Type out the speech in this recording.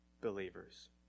believers